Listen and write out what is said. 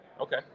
Okay